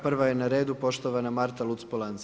Prva je na redu poštovana Marta Luc-Polanc.